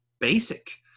basic